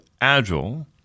Agile